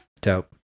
Dope